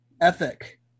ethic